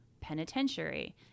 Penitentiary